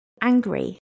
angry